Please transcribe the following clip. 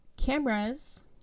cameras